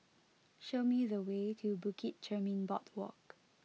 show me the way to Bukit Chermin Boardwalk